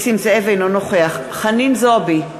אינו נוכח חנין זועבי,